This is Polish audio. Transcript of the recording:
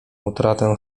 utratę